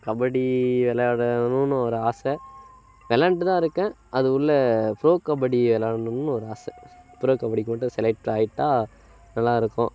கபடி விளாடணும்னு ஒரு ஆசை விளாண்ட்டு தான் இருக்கேன் அது உள்ளே ப்ரோ கபடி விளாடணும்னு ஒரு ஆசை ப்ரோ கபடிக்கு மட்டும் செலெக்ட் ஆகிட்டா நல்லா இருக்கும்